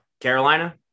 Carolina